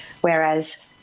whereas